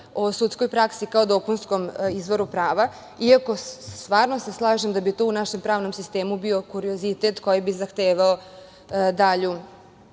o sudskoj praksi kao dopunskom izvoru prava, iako se stvarno slažem da bi to u našem pravnom sistemu bio kuriozitet koji bi zahtevao dalju